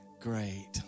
great